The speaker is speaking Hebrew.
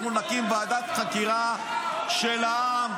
אנחנו נקים ועדת חקירה של העם,